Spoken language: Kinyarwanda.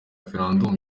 referendum